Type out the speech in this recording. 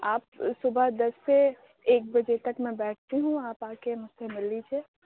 آپ صُبح دس سے ایک بجے تک میں بیٹھتی ہوں آپ آ کے مجھ سے مل لیجیے